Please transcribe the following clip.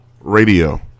Radio